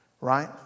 Right